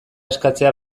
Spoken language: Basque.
eskatzea